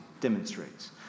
demonstrates